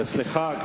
סליחה,